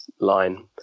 line